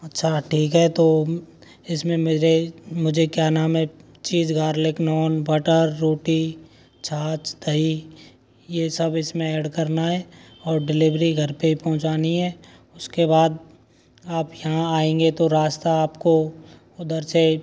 अच्छा ठीक है तो इसमें मेरे मुझे क्या नाम है चीज़ गार्लिक नॉन बटर रोटी छाछ दही ये सब इसमें ऐड करना है और डिलेवरी घर पे पहुँचानी है उसके बाद आप यहाँ आएंगे तो रास्ता आपको उधर साइड